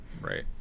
right